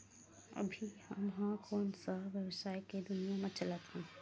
अभी हम ह कोन सा व्यवसाय के दुनिया म चलत हन?